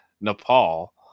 nepal